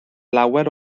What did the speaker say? lawer